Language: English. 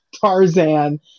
Tarzan